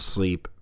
Sleep